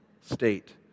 state